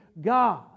God